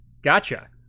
Gotcha